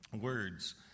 Words